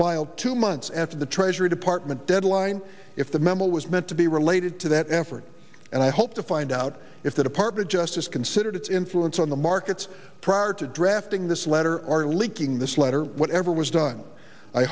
filed two months after the treasury department deadline if the member was meant to be related to that effort and i hope to find out if the department justice considered its influence on the markets prior to drafting this letter or leaking this letter or whatever was done i